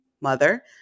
mother